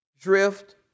drift